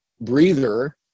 breather